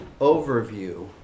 overview